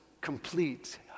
complete